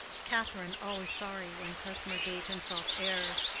catherine, always sorry when klesmer gave himself airs,